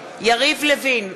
יריב לוין,